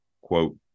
quote